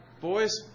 Boys